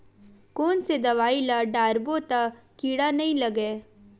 कोन से दवाई ल डारबो त कीड़ा नहीं लगय?